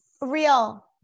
Real